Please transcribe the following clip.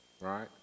right